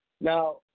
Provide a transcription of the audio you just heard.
Now